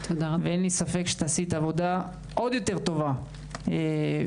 ואין לי ספק שתעשי עבודה עוד יותר טובה בוועדה.